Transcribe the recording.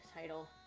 title